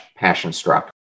passionstruck